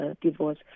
divorce